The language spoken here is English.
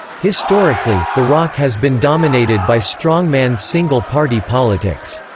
historically, the roc has been dominated by strongman single party politics.